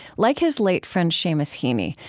like his late friend seamus heaney,